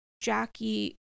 Jackie